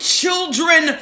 children